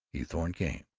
eathorne came.